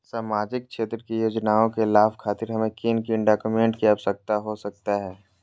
सामाजिक क्षेत्र की योजनाओं के लाभ खातिर हमें किन किन डॉक्यूमेंट की आवश्यकता हो सकता है?